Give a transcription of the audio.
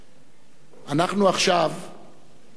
תודה רבה למשפחות.